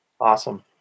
Awesome